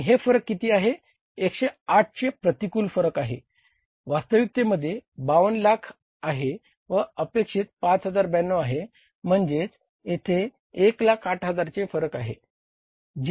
आणि हे फरक किती आहे 108 चे प्रतिकूल फरक आहे वास्तविकतेमध्ये 52 लाख आहे व अपेक्षित 5092 आहे म्हणजे येथे 108000 चे फरक आहे